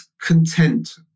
content